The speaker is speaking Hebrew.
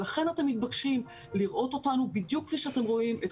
לכן אתם מתבקשים לראות אותנו בדיוק כפי שאתם רואים את